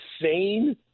insane